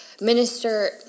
Minister